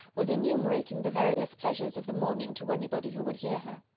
was enumerating the various pleasures of the morning to anybody who would hear her.